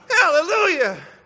Hallelujah